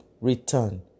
Return